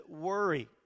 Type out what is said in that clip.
worry